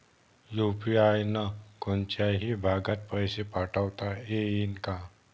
UPI न कोनच्याही भागात पैसे पाठवता येईन का?